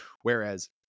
whereas